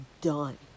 done